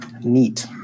Neat